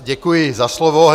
Děkuji za slovo.